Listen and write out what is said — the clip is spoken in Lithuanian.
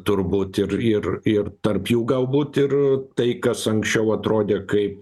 turbūt ir ir ir tarp jų galbūt ir tai kas anksčiau atrodė kaip